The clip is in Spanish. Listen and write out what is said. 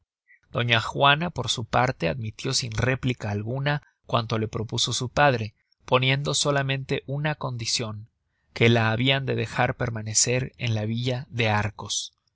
doña juana por su parte admitió sin réplica alguna cuanto le propuso su padre poniendo solamente una condicion que la habian de dejar permanecer en la villa de arcos